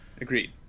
agreed